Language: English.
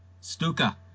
Stuka